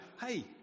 hey